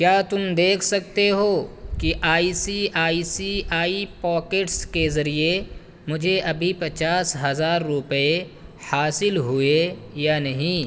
کیا تم دیکھ سکتے ہو کہ I C I C I pockets کے ذریعے مجھے ابھی پچاس ہزار روپے حاصل ہوئے یا نہیں